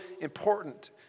important